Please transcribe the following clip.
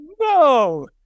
No